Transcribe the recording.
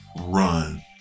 Run